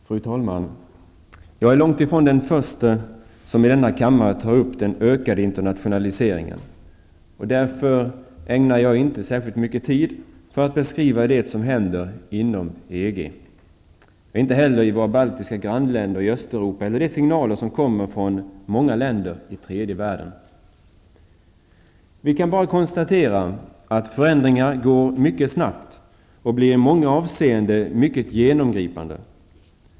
Fru talman! Jag är långt ifrån den förste som i denna kammare tar upp den ökade internationaliseringen. Därför ägnar jag inte särskilt mycket tid till att beskriva det som händer inom EG, i våra baltiska grannländer i Östeuropa eller de signaler som kommer från många länder i tredje världen. Vi kan bara konstatera att förändringarna går mycket snabbt och i många avseenden blir mycket genomgripande.